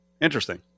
Interesting